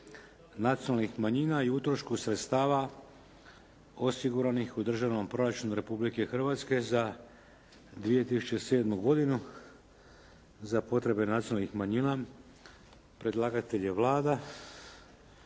nacionalnih manjina i utrošku sredstava osiguranih u Državnom proračunu Republike Hrvatske za 2007. godinu za potrebe nacionalnih manjina Predlagatelj je Vlada.